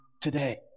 today